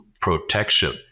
protection